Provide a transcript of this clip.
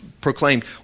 proclaimed